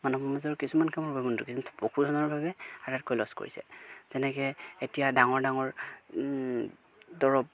মানুহ সমাজৰ কিছুমান কামৰ বাবে কিন্তু পশুধনৰ বাবে আটাইতকৈ লচ কৰিছে যেনেকৈ এতিয়া ডাঙৰ ডাঙৰ দৰৱ